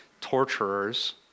torturers